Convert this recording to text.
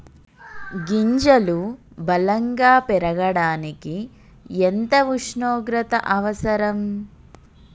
గింజలు బలం గా పెరగడానికి ఎంత ఉష్ణోగ్రత అవసరం?